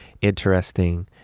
interesting